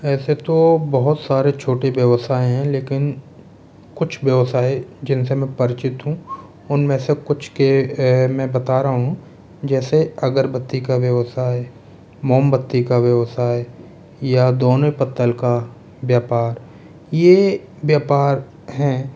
ऐसे तो बहुत सारे छोटे व्यवसाय हैं लेकिन कुछ व्यवसाय जिनसे मैं परिचित हूँ उनमें से कुछ के घर मैं बता रहा हूँ जैसे अगरबत्ती का व्यवसाय मोमबत्ती का व्यवसाय या दोने पत्तल का व्यापार ये व्यापार हैं